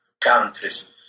countries